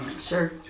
Sure